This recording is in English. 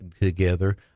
together